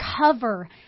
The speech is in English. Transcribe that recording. cover